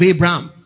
Abraham